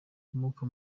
akomoka